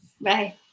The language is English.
Bye